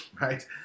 right